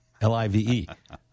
L-I-V-E